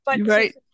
right